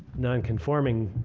nonconforming